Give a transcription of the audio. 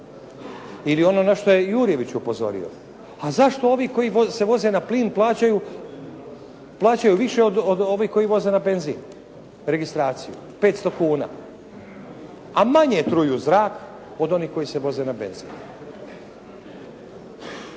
Ili ono na što je Jurjević upozorio, a zašto ovi koji se voze na plin plaćaju više od ovih koji voze na benzin registraciju, 500 kn, a manje truju zrak od onih koji se voze na benzin?